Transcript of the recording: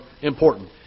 important